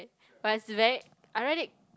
but it's very I read it